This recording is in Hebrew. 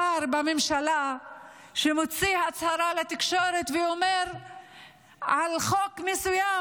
שר בממשלה מוציא הצהרה לתקשורת ואומר על חוק מסוים,